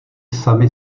sami